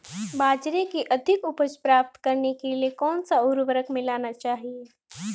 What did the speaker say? बाजरे की अधिक उपज प्राप्त करने के लिए कौनसा उर्वरक मिलाना चाहिए?